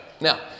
Now